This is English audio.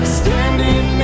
standing